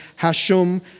Hashum